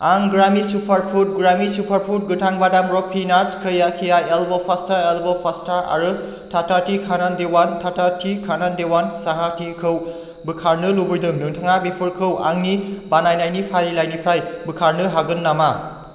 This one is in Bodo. आं ग्रामि सुपारफुड ग्रामि सुपारफुड गोथां बादाम रक फिनास कैया एल्ब' पास्ता एल्ब' फास्था आरो टाटा टि कानोन देवान टाटा टि कानोन देभान साहा खौ बोखारनो लुबैदों नोंथाङा बेफोरखौ आंनि बानायनायनि फारिलाइनिफ्राय बोखारनो हागोन नामा